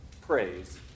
Praise